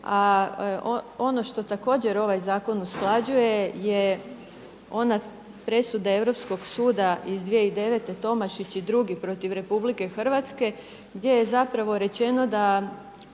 Ono što također ovaj zakon usklađuje je ona presuda Europskog suda iz 2009. Tomašić i Drugi protiv RH gdje je rečeno da